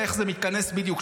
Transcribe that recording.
ואיך זה מתכנס בדיוק,